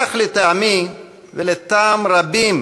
כך לטעמי ולטעם רבים